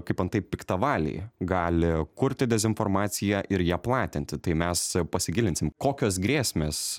kaip antai piktavaliai gali kurti dezinformaciją ir ją platinti tai mes pasigilinsim kokios grėsmės